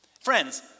Friends